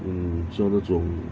mm 叫那种